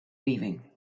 weaving